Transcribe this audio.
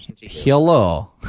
Hello